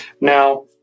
Now